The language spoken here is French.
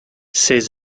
ses